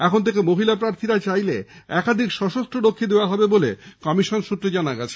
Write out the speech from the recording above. এখন থেকে মহিলা প্রার্থীরা চাইলে একাধিক সশস্ত্র রক্ষী দেওয়া হবে বলে কমিশন সূত্রে জানা গেছে